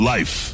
Life